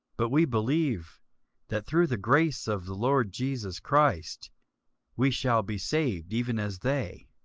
but we believe that through the grace of the lord jesus christ we shall be saved, even as they.